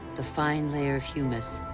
the fine layer of humus,